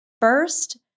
First